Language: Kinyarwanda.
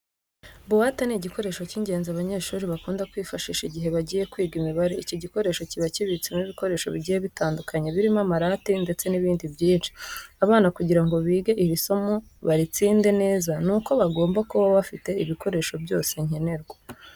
Buwate ni igikoresho cy'ingenzi abanyeshuri bakunda kwifashisha igihe bagiye kwiga imibare. Iki gikoresho kiba kibitsemo ibikoresho bigiye bitandukanye birimo amarati ndetse n'ibindi byinshi. Abana kugira ngo bige iri somo baritsinde neza ni uko bagomba kuba bafite ibikoresho byose nkenerwa.